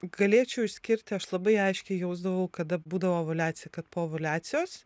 galėčiau išskirt aš labai aiškiai jausdavau kada būdavo ovuliacija kad po ovuliacijos